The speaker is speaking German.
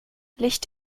licht